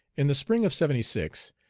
in the spring of seventy six,